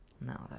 No